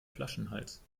flaschenhals